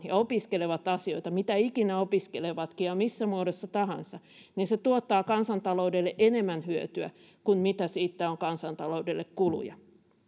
ja opiskelevat asioita mitä ikinä opiskelevatkin ja missä muodossa tahansa tuottaa kansantaloudelle enemmän hyötyä kuin mitä siitä on kansantaloudelle kuluja